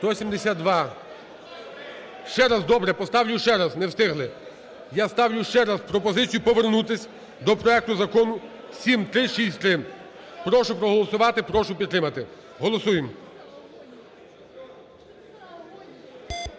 За-172 Ще раз, добре. Поставлю ще раз, не встигли. Я ставлю ще раз пропозицію повернутись до проекту Закону 7363. Прошу проголосувати, прошу підтримати. Голосуємо.